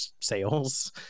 sales